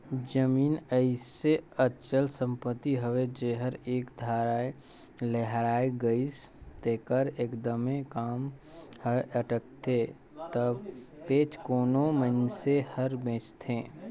जमीन अइसे अचल संपत्ति हवे जेहर एक धाएर लेहाए गइस तेकर एकदमे काम हर अटकथे तबेच कोनो मइनसे हर बेंचथे